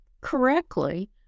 correctly